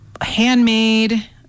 Handmade